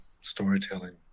storytelling